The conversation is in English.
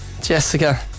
Jessica